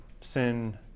sin